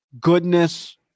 goodness